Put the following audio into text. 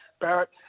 Barrett